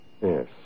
Yes